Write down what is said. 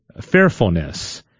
fearfulness